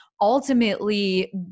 ultimately